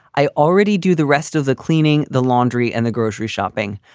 i already do the rest of the cleaning, the laundry and the grocery shopping.